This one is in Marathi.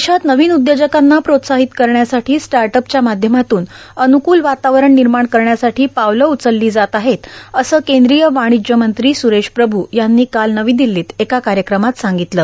देशात नवीन उदयोजकांना प्रोत्साहोत करण्यासाठो स्टाट अपच्या माध्यमातून अन्कूल वातावरण र्मिमाण करण्यासाठी पावलं उचलली जात आहेत असं कद्रीय वार्ाणज्य मंत्री सुरेश प्रभू यांनी काल नवी र्दल्लोत एका कायक्रमात सांगगतलं